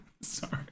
sorry